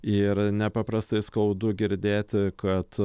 ir nepaprastai skaudu girdėti kad